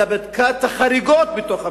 אלא בדקה את החריגות בתוך המבצע,